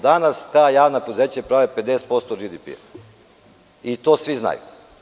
Danas ta javna preduzeća prave 50% DžDP i to svi znaju.